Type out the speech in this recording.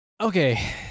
okay